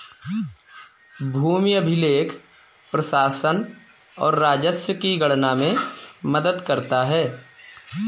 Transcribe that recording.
भूमि अभिलेख प्रशासन और राजस्व की गणना में मदद करता है